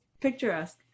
Picturesque